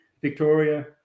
Victoria